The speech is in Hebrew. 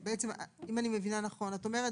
אם אני מבינה נכון, את אומרת